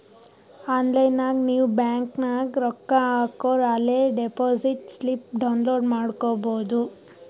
online ನಾಗ್ ನೀವ್ bank ನಾಗ್ ರೊಕ್ಕಾ ಹಾಕೂರ ಅಲೇ ಡೆಪೋಸಿಟ್ ಸ್ಲಿಪ್ ಡೌನ್ಲೋಡ್ ಮಾಡ್ಕೊಬೋದು